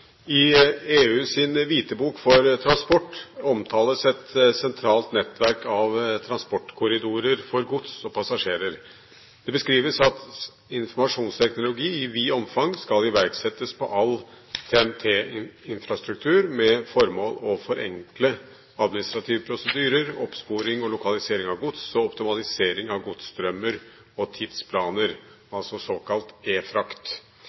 for transport omtales et sentralt nettverk av transportkorridorer for gods og passasjerer. Det beskrives at informasjonsteknologi i vidt omfang skal iverksettes på all TEN-T infrastruktur med formål å forenkle administrative prosedyrer, oppsporing og lokalisering av gods og optimalisering av godsstrømmer og tidsplaner